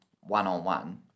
one-on-one